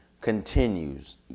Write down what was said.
continues